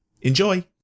Enjoy